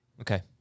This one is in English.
Okay